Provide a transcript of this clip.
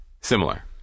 similar